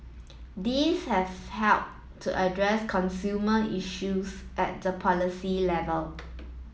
these have helped to address consumer issues at the policy level